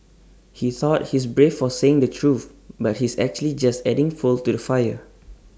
he thought he's brave for saying the truth but he's actually just adding fuel to the fire